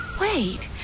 Wait